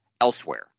elsewhere